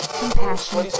compassion